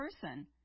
person